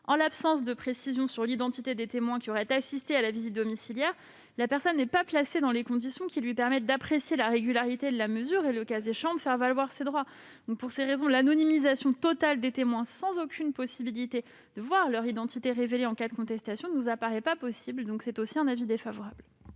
en l'absence de précisions sur l'identité des témoins qui auraient assisté à la visite domiciliaire, la personne n'est pas placée dans les conditions qui lui permettent d'apprécier la régularité de la mesure et, le cas échéant, de faire valoir ses droits. Pour ces raisons, l'anonymisation totale des témoins, sans aucune possibilité de voir leur identité révélée en cas de contestation, ne nous paraît pas possible. Le Gouvernement